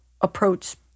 approach